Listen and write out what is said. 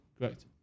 Correct